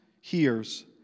hears